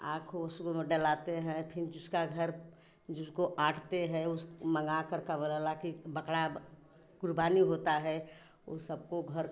आँखों उसको में डलाते हैं फिर जिसका घर जिसको आटते हैं उस मँगाकर का बोला ला कि बकड़ा कुर्बानी होता है ऊ सबको घर